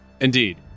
indeed